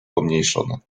pomniejszone